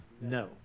No